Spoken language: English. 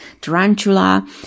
Tarantula